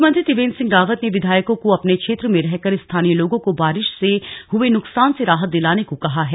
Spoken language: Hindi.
मुख्यमंत्री त्रिवेन्द्र सिंह रावत ने विधायकों को अपने क्षेत्र में रहकर स्थानीय लोगों को बारिश से हुए नुकसान से राहत दिलाने को कहा है